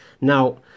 Now